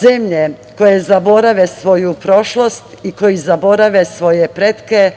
Zemlje koje zaborave svoju prošlost i koji zaborave svoje pretke,